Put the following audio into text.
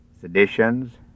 seditions